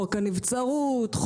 חוק הנבצרות,